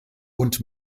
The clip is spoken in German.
und